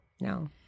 No